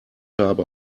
habe